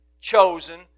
chosen